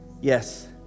Yes